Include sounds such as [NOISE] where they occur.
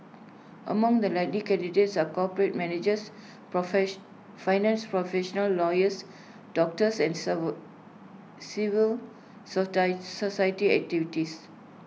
among the likely candidates are corporate managers [UNINTELLIGIBLE] finance professionals lawyers doctors and serval civil [UNINTELLIGIBLE] society activists